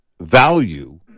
value